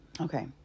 Okay